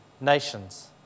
nations